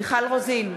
מיכל רוזין,